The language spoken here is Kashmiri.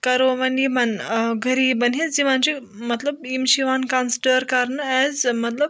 کَرو وۄنۍ یِمَن ٲں غریٖبَن ہِنٛز یِمَن چھِ مطلب یِم چھِ یِوان کَنسِڈَر کَرنہٕ ایز مطلب